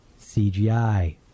cgi